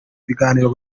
ibiganiro